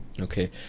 okay